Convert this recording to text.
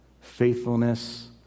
faithfulness